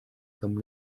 comme